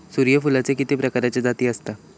सूर्यफूलाचे किती प्रकारचे जाती आसत?